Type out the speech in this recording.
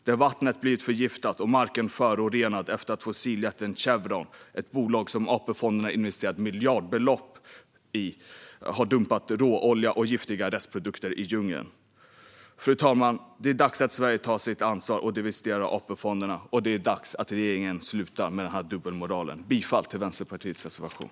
Där har vattnet blivit förgiftat och marken förorenad efter att fossiljätten Chevron, ett bolag som AP-fonderna investerat miljardbelopp i, har dumpat råolja och giftiga restprodukter i djungeln. Fru talman! Det är dags att Sverige tar sitt ansvar och divesterar APfonderna, och det är dags att regeringen slutar med sin dubbelmoral. Jag yrkar bifall till Vänsterpartiets reservation.